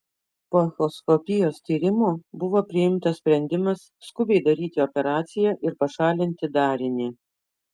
po echoskopijos tyrimo buvo priimtas sprendimas skubiai daryti operaciją ir pašalinti darinį